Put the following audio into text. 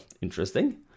interesting